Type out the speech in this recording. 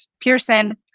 Pearson